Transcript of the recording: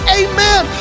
amen